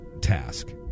task